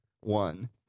one